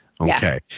Okay